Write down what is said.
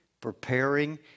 preparing